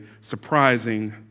surprising